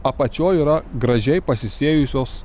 apačioj yra gražiai pasisėjusios